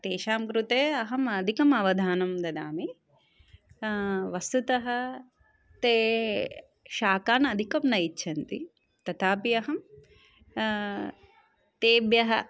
तेषां कृते अहम् अधिकम् अवधानं ददामि वस्तुतः ते शाकान् अधिकं न इच्छन्ति तथापि अहं तेभ्यः